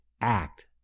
act